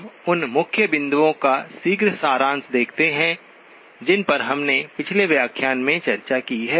हम उन मुख्य बिंदुओं का शीघ्र सारांश देखते हैं जिन पर हमने पिछले व्याख्यान में चर्चा की है